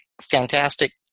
fantastic